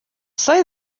say